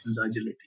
agility